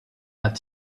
had